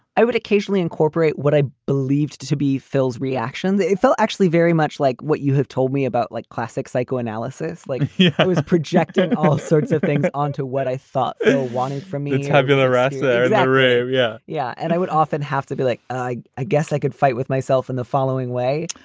i would occasionally incorporate what i believed to be phil's reaction that it felt actually very much like what you have told me about like classic psycho analysis like yeah i was projecting all sorts of things onto what i thought and wanted for me. tabula rasa that ray. yeah yeah. and i would often have to be like i i guess i could fight with myself in the following way,